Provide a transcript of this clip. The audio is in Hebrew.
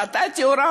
קשור.